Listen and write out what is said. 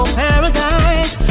paradise